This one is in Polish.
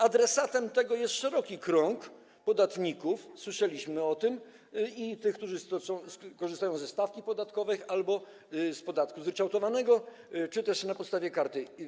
Adresatem tego jest szeroki krąg podatników - słyszeliśmy o tym - i tych, którzy korzystają ze stawki podatkowej albo z podatku zryczałtowanego czy też na podstawie karty.